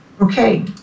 Okay